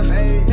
Hey